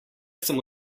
sem